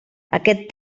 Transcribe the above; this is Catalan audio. aquest